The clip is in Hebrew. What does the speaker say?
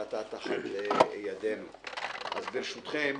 אז ברשותכם,